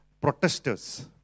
protesters